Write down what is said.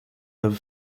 live